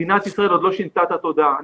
מדינת ישראל עוד לא שינתה את התודעה.